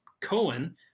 Cohen